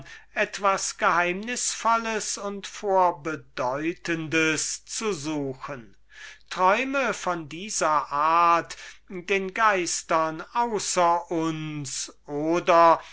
etwas geheimnisvolles und vorbedeutendes zu suchen träume von dieser art den geistern außer uns oder